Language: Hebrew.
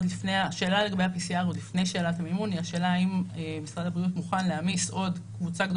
השאלה לגבי ה-PCR עוד לפני שאלת המימון היא השאלה האם משרד הבריאות